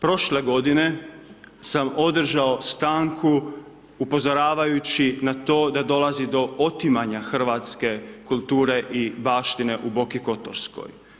Prošle godine sam održao stanku upozoravajući na to da dolazi do otimanja hrvatske kulture i baštine u Boki Kotorskoj.